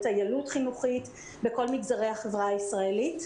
בטיילות חינוכית בכל מגזרי החברה הישראלית.